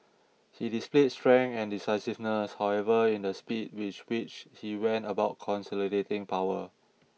he displayed strength and decisiveness however in the speed with which he went about consolidating power